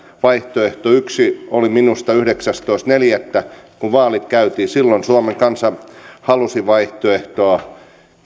vaihtoehto yksi oli minusta yhdeksästoista neljättä kun vaalit käytiin silloin suomen kansa halusi vaihtoehtoa